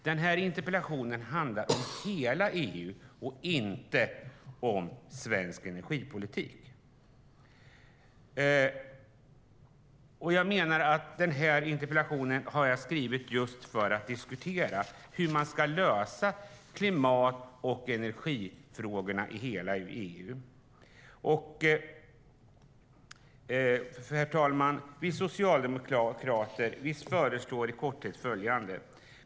Den här interpellationen handlar om hela EU, inte om svensk energipolitik. Jag har skrivit interpellationen just för att diskutera hur vi ska lösa klimat och energifrågorna i hela EU. Vi socialdemokrater föreslår i korthet följande.